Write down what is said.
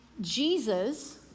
Jesus